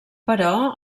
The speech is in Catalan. però